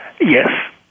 Yes